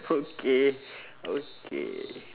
okay okay